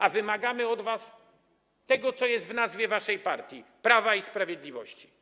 A wymagamy od was tego, co jest w nazwie waszej partii: prawa i sprawiedliwości.